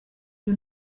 byo